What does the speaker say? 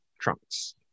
trunks